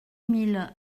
mille